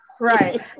right